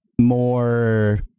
more